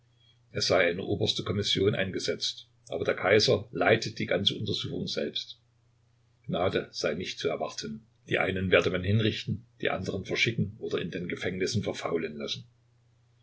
es sei eine oberste kommission eingesetzt aber der kaiser leite die ganze untersuchung selbst gnade sei nicht zu erwarten die einen werde man hinrichten die andern verschicken oder in den gefängnissen verfaulen lassen